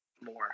more